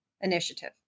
initiative